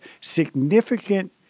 significant